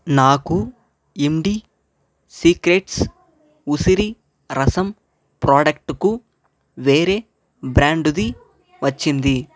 నాకు Indie secrets ఉసిరి రసం ప్రోడక్టు వేరే బ్రాండుది వచ్చింది